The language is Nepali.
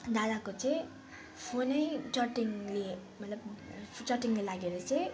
दादाको चाहि फोनै चट्याङले मतलब चट्याङले लागेर चाहिँ